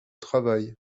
travail